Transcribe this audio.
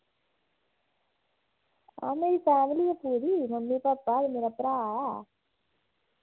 हां मेरी फैमली ऐ पूरी मम्मी पापा ते मेरा भ्राऽ ऐ